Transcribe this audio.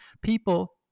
people